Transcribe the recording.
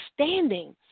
standing